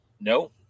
No